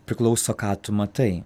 priklauso ką tu matai